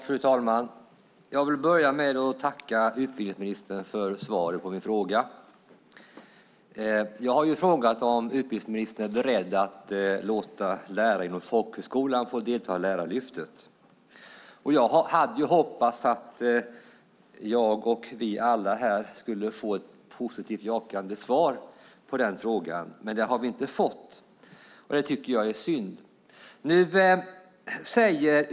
Fru talman! Jag vill tacka utbildningsministern för svaret på min interpellation. Jag har frågat om utbildningsministern är beredd att låta lärare inom folkhögskolan få delta i Lärarlyftet. Jag hade hoppats att jag och vi alla här skulle få ett positivt, ett jakande, svar, men det har vi inte fått. Det tycker jag är synd.